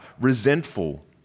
resentful